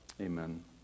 Amen